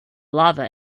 lava